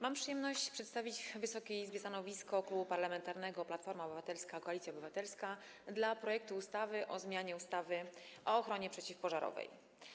Mam przyjemność przedstawić Wysokiej Izbie stanowisko Klubu Parlamentarnego Platforma Obywatelska - Koalicja Obywatelska wobec projektu ustawy o zmianie ustawy o ochronie przeciwpożarowej.